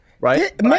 right